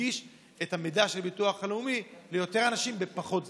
שננגיש את המידע של הביטוח הלאומי ליותר אנשים בפחות זמן.